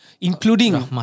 Including